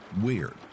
Weird